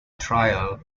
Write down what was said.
trial